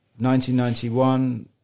1991